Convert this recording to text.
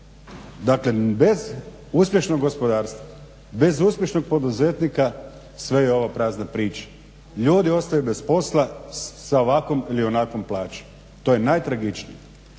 Dakle, bez uspješnog gospodarstva, bez uspješnog poduzetnika sve je ovo prazna priča. Ljudi ostaju bez posla sa ovakvom ili onakvom plaćom, to je najtragičnije.